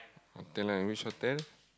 hotel lah you which hotel